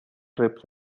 trips